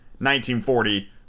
1940